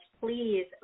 Please